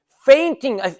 fainting